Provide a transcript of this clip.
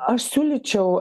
aš siūlyčiau